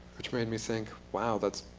which made me think, wow. that's,